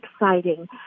exciting